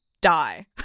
Die